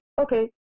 okay